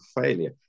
failure